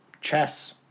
chess